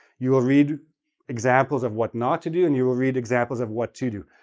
you will read examples of what not to do and you will read examples of what to do.